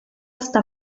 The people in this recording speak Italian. sta